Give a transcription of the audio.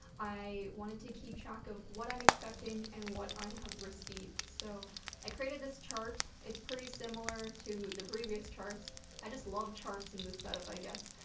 i wanted to keep track of what i'm expecting and what i have received. so i created this chart. it's pretty similar to the previous charts. i just love charts in this setup, i guess.